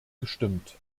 gestimmt